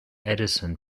edison